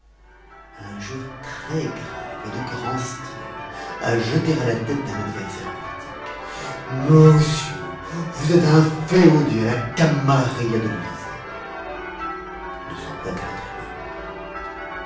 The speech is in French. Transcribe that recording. injure très grave et de grand style à jeter à la tête d'un adversaire politique môssieu vous êtes inféodé à la camarilla de l'elysée ne s'emploie qu'à la tribune